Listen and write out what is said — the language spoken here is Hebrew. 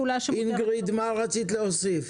אינגריד, מה רצית להוסיף?